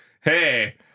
Hey